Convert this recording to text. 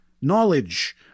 knowledge